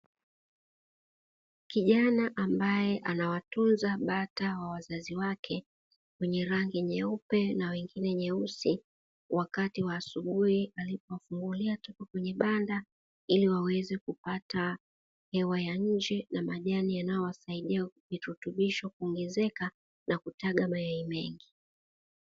Kijana ambaye anawatunza bata wa wazazi wake wenye rangi nyeupe na wengine nyeusi, wakati wa asubuhi alipomuulia kwenye banda ili waweze kupata hewa ya nje na majani yanayowasaidia virutubisho kuongezeka na kutaga mayai mengi.